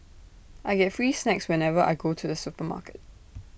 I get free snacks whenever I go to the supermarket